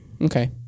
Okay